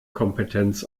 kompetenz